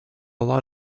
lot